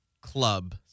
club